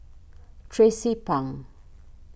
Tracie Pang